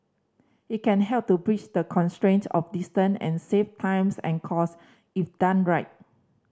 it can help to bridge the constraint of distance and save times and cost if done right